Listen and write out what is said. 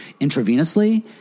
intravenously